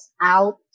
out